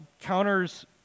counters